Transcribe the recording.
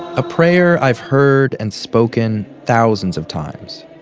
a prayer i've heard and spoken thousands of times.